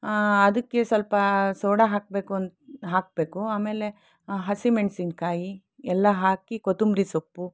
ಅದಕ್ಕೆ ಸ್ವಲ್ಪ ಸೋಡಾ ಹಾಕಬೇಕು ಹಾಕಬೇಕು ಆಮೇಲೆ ಹಸಿಮೆಣಸಿನಕಾಯಿ ಎಲ್ಲ ಹಾಕಿ ಕೊತ್ತಂಬರಿ ಸೊಪ್ಪು